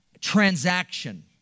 transaction